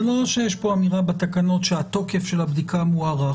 זה לא שיש פה באמירה של התקנות שהתוקף של הבדיקה מוארך,